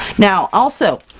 now also!